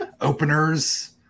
openers